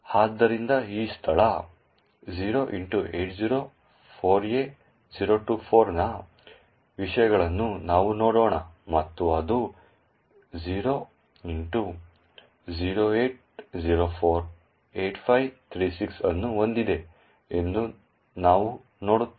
ಆದ್ದರಿಂದ ಈ ಸ್ಥಳ 0x804A024 ನ ವಿಷಯಗಳನ್ನು ನಾವು ನೋಡೋಣ ಮತ್ತು ಅದು 0x08048536 ಅನ್ನು ಹೊಂದಿದೆ ಎಂದು ನಾವು ನೋಡುತ್ತೇವೆ